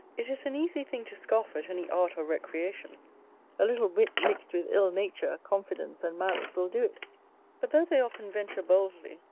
it is an easy thing to scoff at any art or recreation a little wit mixed with ill nature, confidence, and malice, will do it but though they often venture boldly,